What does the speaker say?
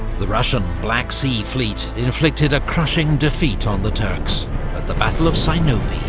the russian black sea fleet inflicted a crushing defeat on the turks at the battle of sinope.